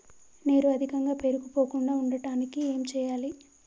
నీరు అధికంగా పేరుకుపోకుండా ఉండటానికి ఏం చేయాలి?